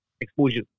exposure